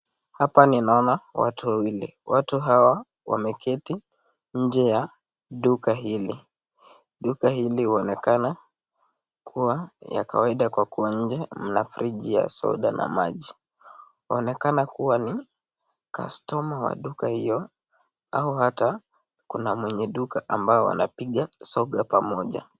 Hapa ninaona watu wawili. Watu hawa wameketi nje ya duka hili. Duka hili huonekana kuwa ya kawaida kwa kuwa nje mna friji ya soda na maji. Huonekana kuwa ni customer wa duka hiyo au hata kuna mwenye duka ambao wanapiga soga pamoja.